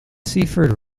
seaford